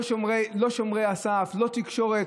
לא שומרי הסף, לא תקשורת.